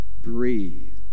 breathe